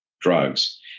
drugs